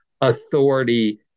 authority